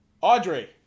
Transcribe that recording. audrey